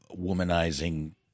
womanizing